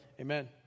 Amen